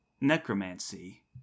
necromancy